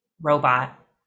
robot